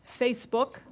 Facebook